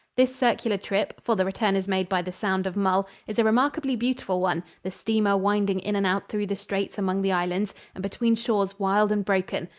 this circular trip for the return is made by the sound of mull is a remarkably beautiful one, the steamer winding in and out through the straits among the islands and between shores wild and broken,